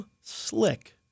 slick